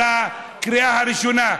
על הקריאה הראשונה,